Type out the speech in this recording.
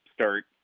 start